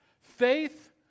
faith